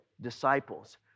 disciples